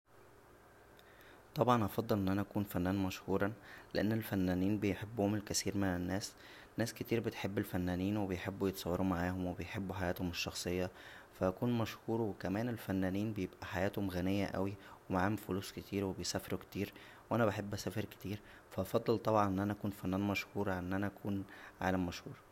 طبعا هفضل ان انا اكون فنان مشهورا لان الفنانين بيحبهم الكثير من الناس ناس كتير بتحب الفنانين و بيحبو يتصورو معاهم و بيحبو حياتهم الشخصيه فا هكون مشهور و كمان الفنانين بتبقى حياتهمم غنيه اوى و معاهم فلوس كتير و بيسافرو كتير وانا بحب اسافر كتير فا افضل طبعا ان انا اكون فنان مشهور عن ان اكون عالم مشهور